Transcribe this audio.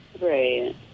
Right